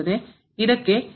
ಇದಕ್ಕೆ ಏನಾಗುತ್ತದೆ